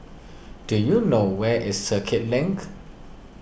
do you know where is Circuit Link